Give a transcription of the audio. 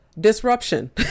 disruption